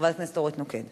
חברת הכנסת אורית נוקד.